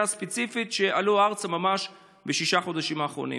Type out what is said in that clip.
הספציפית שעלתה ארצה ממש בששת החודשים האחרונים.